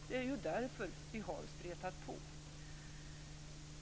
Det är ju därför som vi har stretat på.